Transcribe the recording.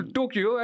Tokyo